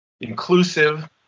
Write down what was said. inclusive